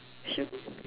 should